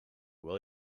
will